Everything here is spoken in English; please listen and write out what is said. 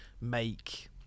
make